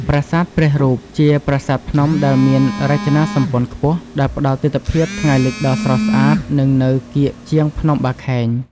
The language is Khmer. ប្រាសាទព្រះរូប: ជាប្រាសាទភ្នំដែលមានរចនាសម្ព័ន្ធខ្ពស់ ដែលផ្តល់ទិដ្ឋភាពថ្ងៃលិចដ៏ស្រស់ស្អាត និងនៅកៀកជាងភ្នំបាខែង។